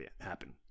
happen